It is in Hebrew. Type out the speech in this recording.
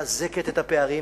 מחזקת את הפערים.